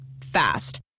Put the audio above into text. fast